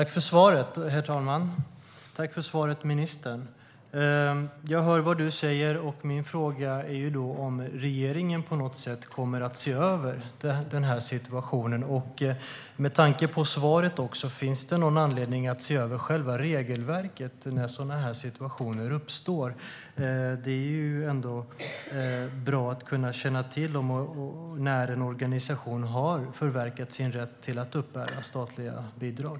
Herr talman! Tack för svaret, ministern! Jag hör vad du säger. Kommer regeringen på något sätt att se över situationen? Med tanke på svaret, finns det någon anledning att se över själva regelverket när sådana situationer uppstår? Det är bra att känna till när en organisation har förverkat sin rätt att uppbära statliga bidrag.